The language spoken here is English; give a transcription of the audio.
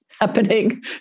happening